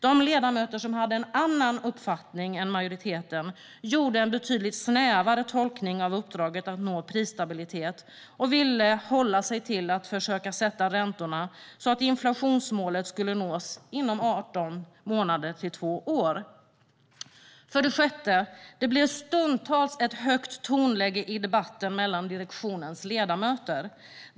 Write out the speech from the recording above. De ledamöter som hade en annan uppfattning än majoriteten gjorde en betydligt snävare tolkning av uppdraget att nå prisstabilitet och ville hålla sig till att försöka sätta räntorna så att inflationsmålet skulle nås inom 18 månader till två år. För det sjätte: Det blev stundtals ett högt tonläge i debatten mellan direktionens ledamöter.